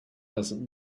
doesn’t